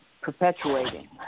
perpetuating